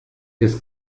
his